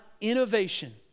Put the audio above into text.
innovation